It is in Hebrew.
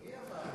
מי אמר,